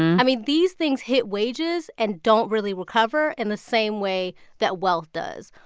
i mean, these things hit wages and don't really recover in the same way that wealth does.